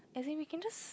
as in we can just